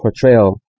portrayal